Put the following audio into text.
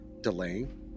delaying